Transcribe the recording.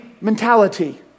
mentality